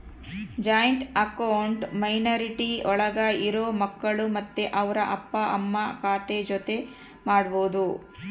joint account minority ಒಳಗ ಇರೋ ಮಕ್ಕಳು ಮತ್ತೆ ಅವ್ರ ಅಪ್ಪ ಅಮ್ಮ ಖಾತೆ ಜೊತೆ ಮಾಡ್ಬೋದು